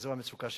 זו המצוקה שלי.